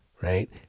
right